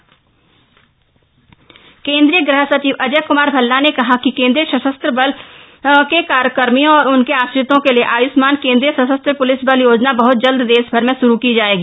Ayushman CAPF केन्द्रीय गृह सचिव अजय क्मार भल्ला ने कहा है कि केन्द्रीय सशस्त्र प्रलिस बलों के कर्मियों और उनके आश्रितों के लिए आयुष्मान केन्द्रीय सशस्त्र पूलिस बल योजना बहत जल्द देश भर में शुरू की जाएगी